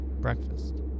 breakfast